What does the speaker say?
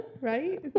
Right